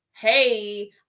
hey